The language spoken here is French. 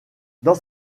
dans